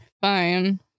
Fine